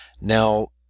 Now